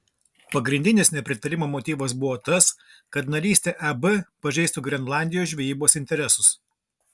pagrindinis nepritarimo motyvas buvo tas kad narystė eb pažeistų grenlandijos žvejybos interesus